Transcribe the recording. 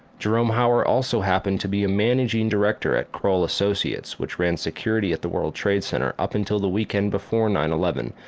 jerome hauer also happened to be a managing director at kroll associates which ran security at the world trade center up until the weekend before nine eleven,